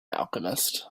alchemist